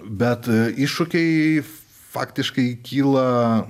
bet iššūkiai faktiškai kyla